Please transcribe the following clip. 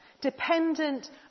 dependent